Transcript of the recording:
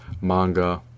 manga